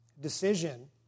decision